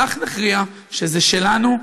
כך נכריע שזה שלנו,